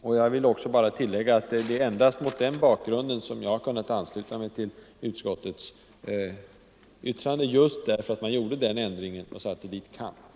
Och jag vill tillägga att det var endast mot bakgrund av att man gjorde denna ändring och skrev ”kan” som jag kunde ansluta mig till utskottets yttrande.